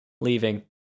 leaving